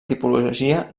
tipologia